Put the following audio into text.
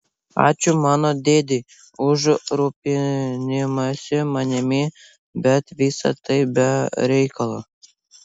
ačiū mano dėdei už rūpinimąsi manimi bet visa tai be reikalo